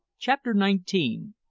chapter nineteen.